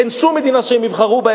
אין שום מדינה שהם יבחרו בה,